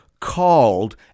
called